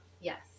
Yes